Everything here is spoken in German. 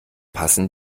passen